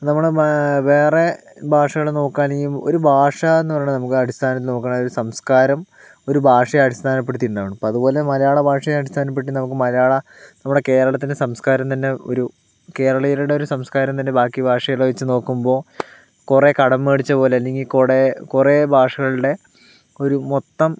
നമ്മള് വേറെ ഭാഷകള് നോക്കുകയാണെങ്കിൽ ഒരു ഭാഷയെന്ന് പറയണത് നമ്മുക്ക് അടിസ്ഥാനത്തിൽ നോക്കുകയാണെങ്കിൽ ഒരു സംസ്കാരം ഒരു ഭാഷയെ അടിസ്ഥാനപ്പെടുത്തിയിട്ടുണ്ടാകണം അപ്പോൾ അതുപോലെ മലയാളഭാഷയെ അടിസ്ഥാനപ്പെടുത്തി നമുക്ക് മലയാള നമ്മുടെ കേരളത്തിന്റെ സംസ്കാരം തന്നെ ഒരു കേരളീയരുടെ ഒരു സംസ്കാരം തന്നെ ബാക്കി ഭാഷകളെ വച്ച് നോക്കുമ്പോൾ കുറേ കടം മേടിച്ചപോലെ അല്ലെങ്കിൽ കുറേ ഭാഷകളുടെ ഒരു മൊത്തം